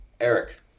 Eric